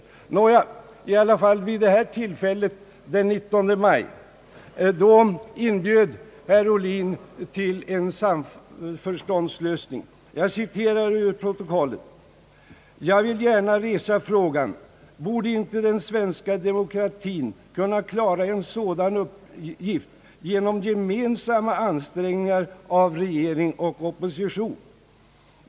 Den 19 maj 1965 inbjöd som sagt herr Ohlin till en samförståndslösning — jag plockar nu inte reda på vad en eller annan tidning sagt utan citerar herr Ohlin ur riksdagsprotokollet: »Jag vill gärna resa frågan: Borde inte den svenska demokratien kunna klara en sådan uppgift genom gemensamma ansträngningar av regering och opposition?